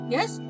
Yes